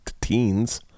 teens